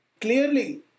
Clearly